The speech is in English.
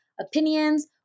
opinions